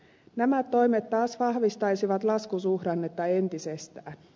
nämä toimet taas vahvistaisivat laskusuhdannetta entisestään